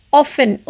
often